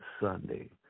Sunday